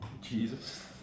Jesus